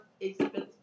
expensive